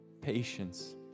patience